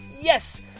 Yes